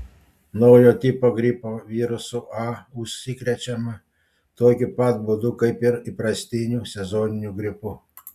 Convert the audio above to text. naujo tipo gripo virusu a užsikrečiama tokiu pat būdu kaip ir įprastiniu sezoniniu gripu